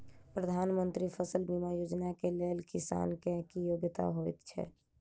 प्रधानमंत्री फसल बीमा योजना केँ लेल किसान केँ की योग्यता होइत छै?